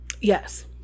Yes